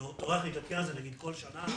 הוא טורח להתעדכן בזה כל שנה?